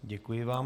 Děkuji vám.